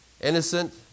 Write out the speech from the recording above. innocent